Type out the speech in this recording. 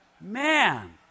Man